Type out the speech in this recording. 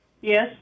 Yes